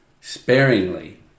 sparingly